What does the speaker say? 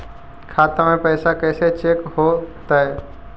खाता में पैसा कैसे चेक हो तै?